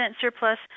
surplus